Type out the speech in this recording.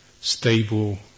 Stable